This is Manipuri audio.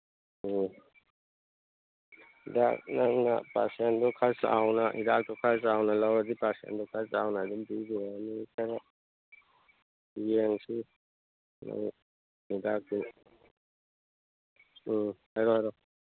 ꯎꯝ ꯍꯤꯗꯥꯛ ꯅꯪꯅ ꯄꯥꯔꯁꯦꯟꯗꯣ ꯈꯔ ꯆꯥꯎꯅ ꯍꯤꯗꯥꯛꯇꯣ ꯈꯔ ꯆꯥꯎꯅ ꯂꯧꯔꯗꯤ ꯄꯥꯔꯁꯦꯟꯗꯣ ꯈꯔ ꯆꯥꯎꯅ ꯑꯗꯨꯝ ꯄꯤꯕ ꯌꯥꯅꯤ ꯌꯦꯡꯁꯤ ꯍꯤꯗꯥꯛꯇꯨ ꯎꯝ ꯍꯥꯏꯔꯛꯑꯣ ꯍꯥꯏꯔꯛꯑꯣ